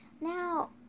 Now